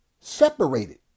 separated